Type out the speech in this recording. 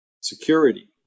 security